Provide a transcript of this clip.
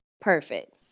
perfect